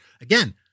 again